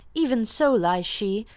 even so lies she,